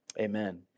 amen